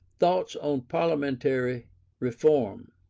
thoughts on parliamentary reform,